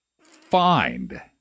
find